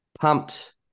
pumped